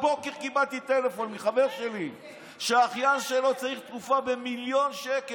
הבוקר קיבלתי טלפון מחבר שלי שהאחיין שלו צריך תרופה במיליון שקל.